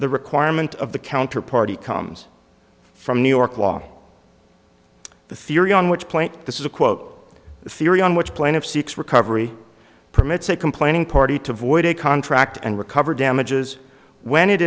the requirement of the counter party comes from new york law the theory on which plant this is a quote the theory on which plaintiff seeks recovery permits a complaining party to void a contract and recover damages when it